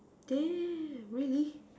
damn really